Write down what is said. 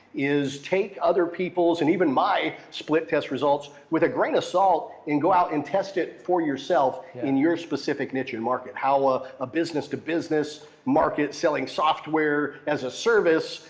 is take other people's and even my split test results with a grain of salt and go out and test it for yourself in your specific niche and market. how ah a business to business market selling software as a service,